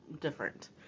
different